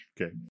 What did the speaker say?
Okay